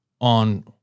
on